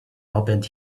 opened